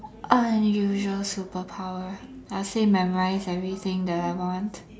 unusual superpower I'll say memorize everything that I want